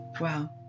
wow